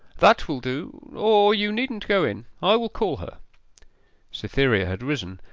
that will do or you needn't go in i will call her cytherea had risen,